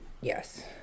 Yes